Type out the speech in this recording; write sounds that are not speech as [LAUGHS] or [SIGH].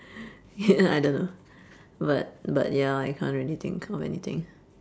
[LAUGHS] I don't know but but ya I can't really think of anything